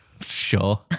Sure